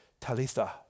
Talitha